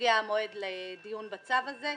כשיגיע המועד לדיון בצו הזה.